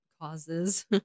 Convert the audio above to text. causes